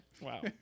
Wow